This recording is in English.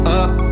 up